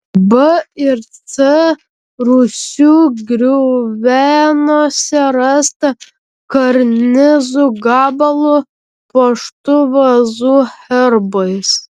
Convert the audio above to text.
b ir c rūsių griuvenose rasta karnizų gabalų puoštų vazų herbais